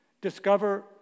discover